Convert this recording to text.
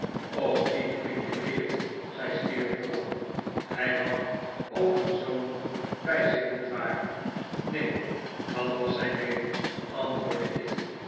die flinke kerel zei steerforth hij had ook een zoon bij zich niet waar neen dat was zijn neef antwoordde ik